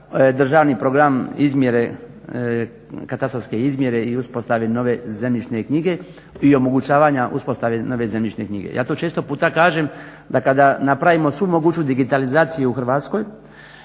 uspostavi nove zemljišne knjige i omogućavanja uspostave nove zemljišne knjige. Ja to često puta kažem da kada napravimo svu moguću digitalizaciju u Hrvatskoj,